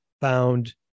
found